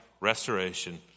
restoration